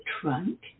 trunk